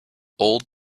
old